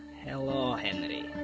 hello, henry.